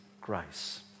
grace